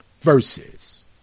Verses